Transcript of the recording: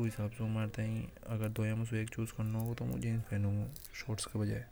वजह से मु जींस पहनूंगा दोनों में से।